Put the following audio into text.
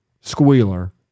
Squealer